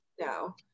no